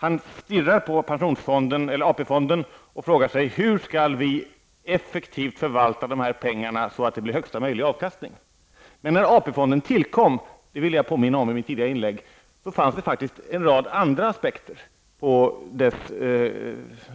Han stirrar på AP-fonden och frågar sig hur man effektivt skall förvalta pengarna så att de ger högsta möjliga avkastning. Men när AP-fonden tillkom -- jag vill påminna om att jag sade det i mitt tidigare inlägg -- fanns det faktiskt en rad andra aspekter på dess